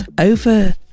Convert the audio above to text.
Over